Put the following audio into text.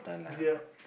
ya